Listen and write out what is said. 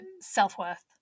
self-worth